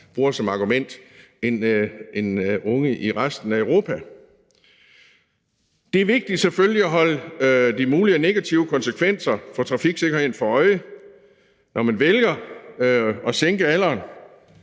bruger som argument – end unge i resten af Europa. Det er vigtigt, selvfølgelig, at holde sig de mulige negative konsekvenser for trafiksikkerheden for øje, når man vælger at sænke alderen.